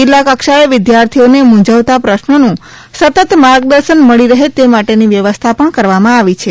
જિલ્લા કક્ષાએ વિદ્યાર્થીઓને મંઝવતા પ્રશ્નોનું સતત માર્ગદર્શન મળી રહે તે માટેની વ્ય્વસ્થા પણ કરવામાં આવેલી છે